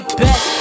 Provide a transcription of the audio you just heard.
best